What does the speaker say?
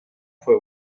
fue